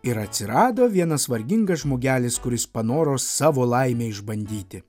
ir atsirado vienas vargingas žmogelis kuris panoro savo laimę išbandyti